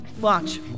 Watch